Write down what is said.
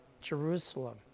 Jerusalem